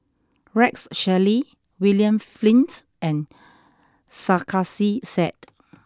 Rex Shelley William Flint and Sarkasi Said